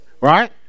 Right